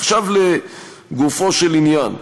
עכשיו לגופו של עניין.